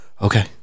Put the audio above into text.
Okay